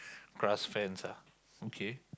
grass fence ah okay